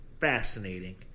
fascinating